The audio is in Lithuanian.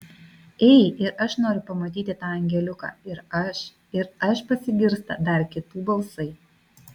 ei ir aš noriu pamatyti tą angeliuką ir aš ir aš pasigirsta dar kitų balsai